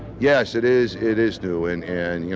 yes, it is, it is new, and, and you